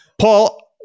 Paul